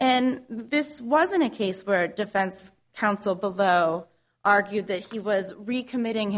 and this wasn't a case where defense counsel bill though argued that he was recommitting